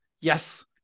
yes